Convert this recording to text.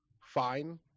fine